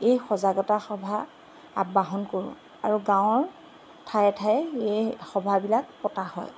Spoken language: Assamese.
এই সজাগতা সভা আবাহন কৰোঁ আৰু গাঁৱৰ ঠায়ে ঠায়ে এই সভাবিলাক পতা হয়